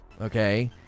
okay